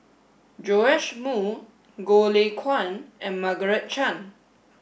Joash Moo Goh Lay Kuan and Margaret Chan